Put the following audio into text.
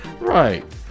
Right